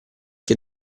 che